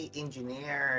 engineer